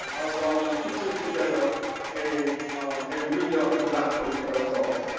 around putting together a a reader in black political thought.